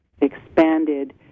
expanded